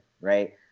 right